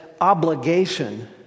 obligation